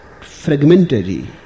fragmentary